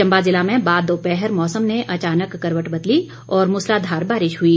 चंबा जिला में बाद दोपहर मौसम ने अचानक करवट बदली और मूसलाधार बारिश हई